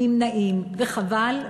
נמנעים, וחבל.